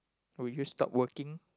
or would you stop working